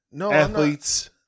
athletes